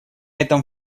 этом